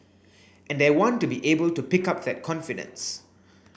and I want to be able to pick up that confidence